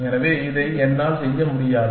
எனவே இதை என்னால் செய்ய முடியாது